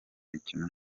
mikino